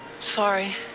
Sorry